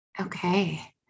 Okay